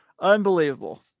unbelievable